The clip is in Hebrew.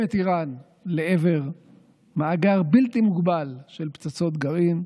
את איראן לעבר מאגר בלתי מוגבל של פצצות גרעין.